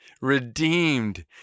redeemed